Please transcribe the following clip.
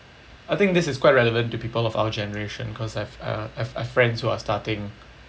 I think this is quite relevant to people of our generation because I've uh I've I've friends who are starting